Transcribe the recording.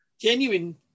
Genuine